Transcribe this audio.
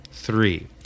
three